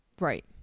Right